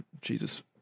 Jesus